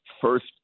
First